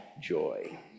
joy